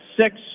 six